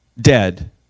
dead